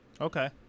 Okay